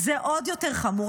זה עוד יותר חמור.